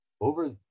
over